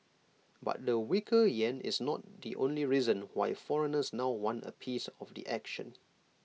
but the weaker Yen is not the only reason why foreigners now want A piece of the action